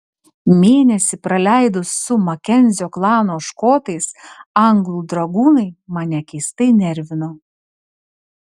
mėnesį praleidus su makenzio klano škotais anglų dragūnai mane keistai nervino